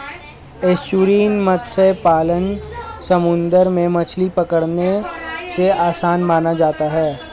estuarine मत्स्य पालन समुंदर में मछली पकड़ने से आसान माना जाता है